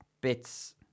bits